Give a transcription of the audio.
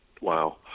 Wow